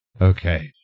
Okay